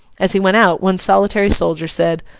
as he went out, one solitary soldier said,